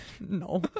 no